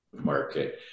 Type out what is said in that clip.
market